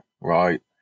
right